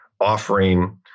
offering